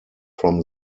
from